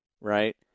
right